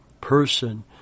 person